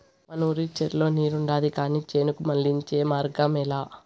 మనూరి చెర్లో నీరుండాది కానీ చేనుకు మళ్ళించే మార్గమేలే